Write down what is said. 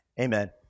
amen